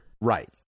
Right